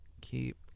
Keep